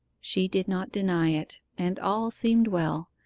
she did not deny it and all seemed well.